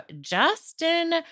Justin